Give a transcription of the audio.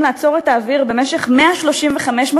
לעצור את האוויר במשך 135 משכורות,